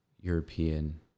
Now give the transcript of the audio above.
European